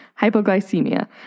Hypoglycemia